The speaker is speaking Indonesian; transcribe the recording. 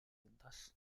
lintas